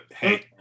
Hey